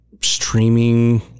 streaming